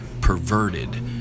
perverted